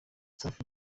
safi